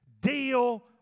deal